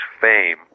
fame